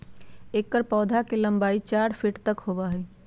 एकर पौधवा के लंबाई चार फीट तक होबा हई